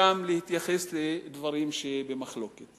להתייחס לדברים שבמחלוקת,